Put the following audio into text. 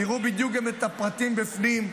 תראו בדיוק גם את הפרטים בפנים,